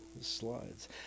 slides